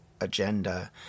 agenda